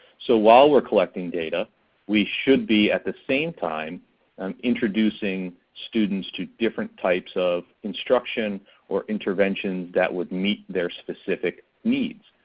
so while we're collecting data we should be at the same time um introducing students to different types of instruction or intervention that would meet their specific needs.